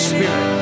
Spirit